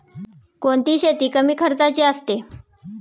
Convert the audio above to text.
कोणती शेती कमी खर्चाची असते?